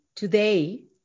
Today